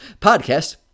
podcast